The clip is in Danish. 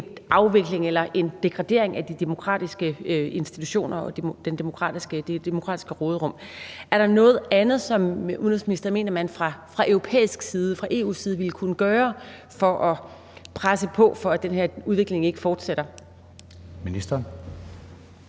afvikling eller en degradering af de demokratiske institutioner og det demokratiske råderum. Er der noget andet, som udenrigsministeren mener man fra europæisk side, fra EU's side ville kunne gøre for at presse på for, at den her udvikling ikke fortsætter? Kl.